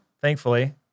thankfully